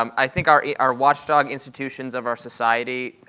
um i think our our watchdog institutions of our society,